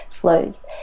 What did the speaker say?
flows